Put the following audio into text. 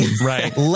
Right